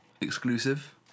exclusive